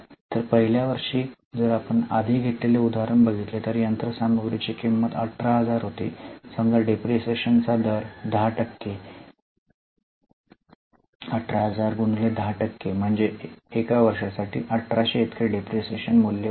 तर पहिल्या वर्षी जर आपण आधी घेतलेले उदाहरण बघितले तर यंत्रसामग्रीची किंमत 18000 होती समजा डिप्रीशीएशन चा दर 10 टक्के 18000 10 म्हणजे वर्ष 1 साठी 1800 इतके डिप्रीशीएशन मूल्य होईल